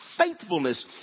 Faithfulness